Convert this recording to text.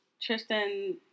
Tristan